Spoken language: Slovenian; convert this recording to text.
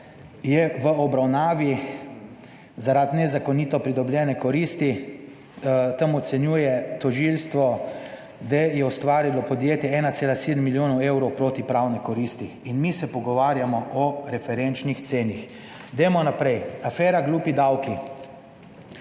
je v obravnavi zaradi nezakonito pridobljene koristi. Tam ocenjuje tožilstvo, da je ustvarilo podjetje 1,7 milijonov evrov protipravne koristi. In mi se pogovarjamo o referenčnih cenah. Naprej, afera "glupi davki".